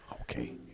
Okay